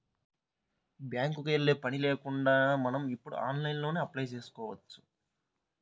బ్యేంకుకి యెల్లే పని కూడా లేకుండా మనం ఇప్పుడు ఆన్లైన్లోనే అప్లై చేసుకోవచ్చు